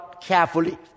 Carefully